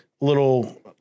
little